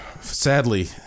sadly